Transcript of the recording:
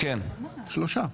שלושה.